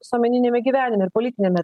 visuomeniniame gyvenime ir politiniame